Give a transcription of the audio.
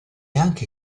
anche